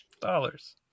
Dollars